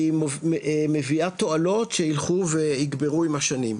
מביאה תועלות שילכו ויגברו עם השנים,